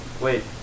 Wait